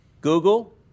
Google